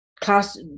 class